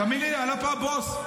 תאמין לי, אני לא הבוס פה.